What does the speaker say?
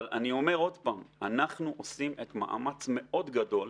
אבל אני אומר עוד פעם: אנחנו עושים מאמץ מאוד גדול,